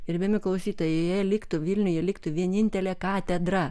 gerbiami klausytojai jei liktų vilniuje liktų vienintelė katedra